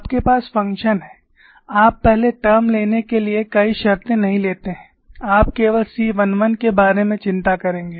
आपके पास फ़ंक्शन है आप पहले टर्म लेने के लिए कई शर्तें नहीं लेते हैं और आप केवल C 11 के बारे में चिंता करेंगे